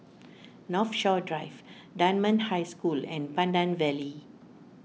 Northshore Drive Dunman High School and Pandan Valley